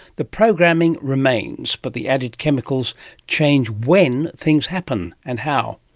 the programming remains, but the added chemicals change when things happen, and how.